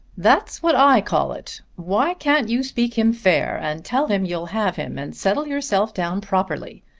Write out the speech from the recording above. that's what i call it. why can't you speak him fair and tell him you'll have him and settle yourself down properly?